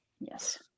Yes